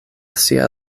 sia